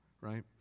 right